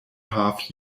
half